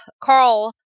Carl